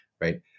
right